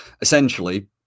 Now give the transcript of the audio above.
essentially